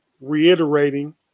reiterating